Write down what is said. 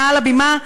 מעל הבימה,